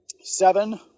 Seven